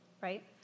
right